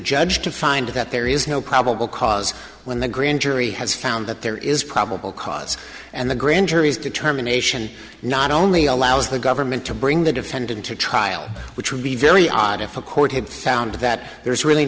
judge to find that there is no probable cause when the grand jury has found that there is probable cause and the grand jury's determination not only allows the government to bring the defendant to trial which would be very odd if a court had found that there's really